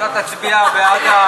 אתה תצביע בעד,